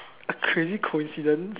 a crazy coincidence